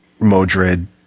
Modred